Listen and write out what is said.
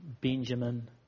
Benjamin